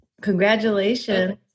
Congratulations